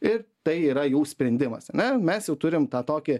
ir tai yra jų sprendimas ar ne mes jau turim tą tokį